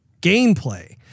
gameplay